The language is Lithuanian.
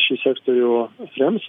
šį sektorių rems